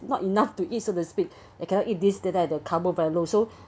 not enough to eat so to speak I cannot eat this then the carbo very low so